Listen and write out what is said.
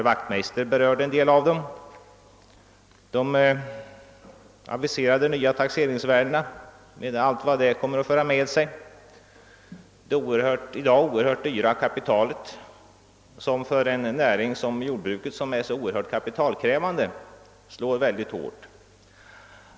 Det gäller t.ex. de aviserade nya taxeringsvärdena med allt vad de kommer att medföra och det i dag oerhört dyra kapitalet, som för en näring som jordbruk, som i så hög grad är kapitalkrävande, slår väldigt hårt.